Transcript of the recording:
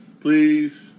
Please